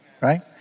Right